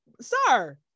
sir